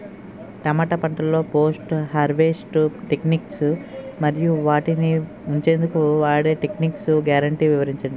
టమాటా పంటలో post harvest techniques మరియు వాటిని ఉంచెందుకు వాడే టెక్నిక్స్ గ్యారంటీ వివరించండి?